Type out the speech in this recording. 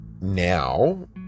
now